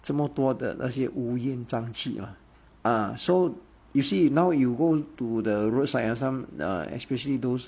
这么多的那些乌烟瘴气 uh ah so you see now you go to the roadside some uh especially those